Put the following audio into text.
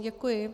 Děkuji.